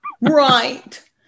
Right